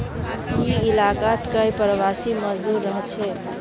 ई इलाकात कई प्रवासी मजदूर रहछेक